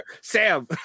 Sam